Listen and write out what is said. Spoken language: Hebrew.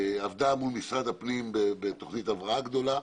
עבדה מול משרד הפנים בתוכנית הבראה גדולה.